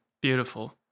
beautiful